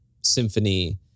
symphony